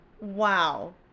Wow